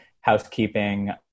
housekeeping